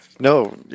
No